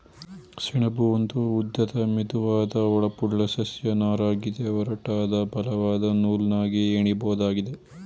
ಸೆಣಬು ಒಂದು ಉದ್ದದ ಮೆದುವಾದ ಹೊಳಪುಳ್ಳ ಸಸ್ಯ ನಾರಗಿದೆ ಒರಟಾದ ಬಲವಾದ ನೂಲನ್ನಾಗಿ ಹೆಣಿಬೋದಾಗಿದೆ